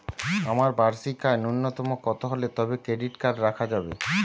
আমার বার্ষিক আয় ন্যুনতম কত হলে তবেই ক্রেডিট কার্ড রাখা যাবে?